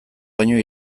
baino